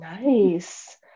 Nice